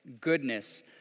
goodness